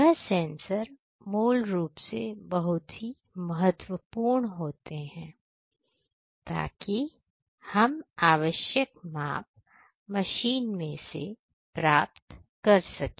यह सेंसर मूल रूप से बहुत ही महत्वपूर्ण होते हैं ताकि हम आवश्यक माप मशीन में से प्राप्त कर सके